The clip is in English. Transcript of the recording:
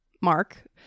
Mark